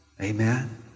Amen